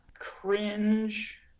cringe